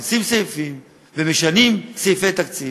ומכניסים סעיפים ומשנים סעיפי תקציב,